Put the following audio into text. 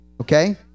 Okay